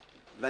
רוצה.